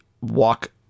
walk